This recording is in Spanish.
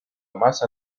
más